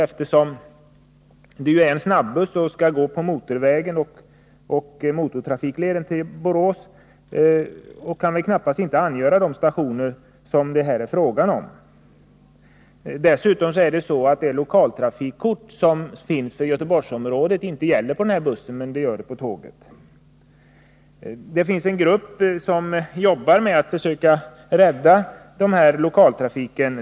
Det är ju en snabbuss som skall gå på motorväg och motortrafikled till Borås, och den kan knappast ha hållplatser vid de stationer som det här är fråga om. Dessutom är det så att det lokaltrafikkort som finns för Göteborgsområdet inte gäller för denna buss, men det gäller på tåget. Det finns en grupp som arbetar med att försöka rädda lokaltrafiken.